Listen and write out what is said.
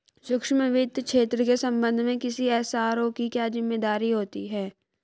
सूक्ष्म वित्त क्षेत्र के संबंध में किसी एस.आर.ओ की क्या जिम्मेदारी होती है?